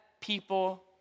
people